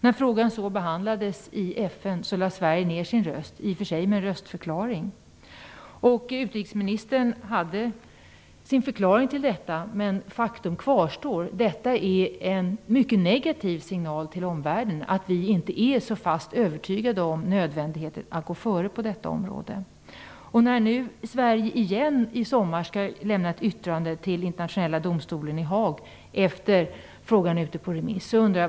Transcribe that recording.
När frågan så behandlades i FN lade Sverige ned sin röst - i och för sig med en röstförklaring. Utrikesministern hade sin förklaring till detta, men faktum kvarstår. Det är en mycket negativ signal till omvärlden om att vi inte är fast övertygade om nödvändigheten att gå före på detta område. Sverige skall i sommar återigen lämna ett yttrande till Internationella domstolen i Haag efter det att frågan varit ute på remiss.